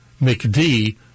McD